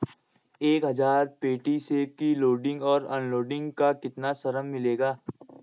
एक हज़ार पेटी सेब की लोडिंग और अनलोडिंग का कितना श्रम मिलेगा?